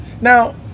Now